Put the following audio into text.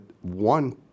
one